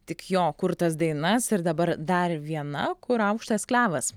tik jo kurtas dainas ir dabar dar viena kur aukštas klevas